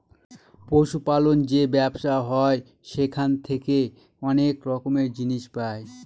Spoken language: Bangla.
পশু পালন যে ব্যবসা হয় সেখান থেকে অনেক রকমের জিনিস পাই